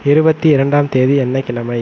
இருபத்தி இரண்டாம் தேதி என்ன கிழமை